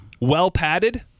well-padded